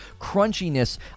crunchiness